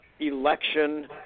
election